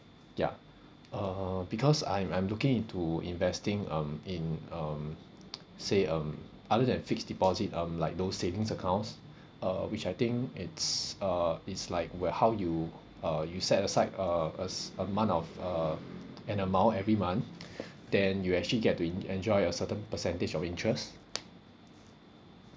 ya uh because I'm I'm looking into investing um in um say um other than fixed deposit um like those savings accounts uh which I think it's uh it's like where how you uh you set aside uh as~ a month of uh an amount every month then you actually get to en~ enjoy a certain percentage of interest